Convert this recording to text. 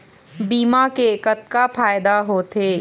बीमा के का फायदा होते?